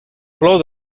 plou